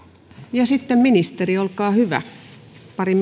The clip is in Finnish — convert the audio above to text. sitten ministeri olkaa hyvä pari